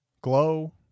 Glow